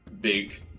big